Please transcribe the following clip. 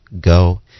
Go